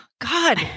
god